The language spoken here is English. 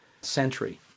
century